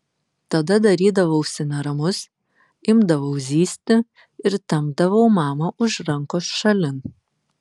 tada darydavausi neramus imdavau zyzti ir tempdavau mamą už rankos šalin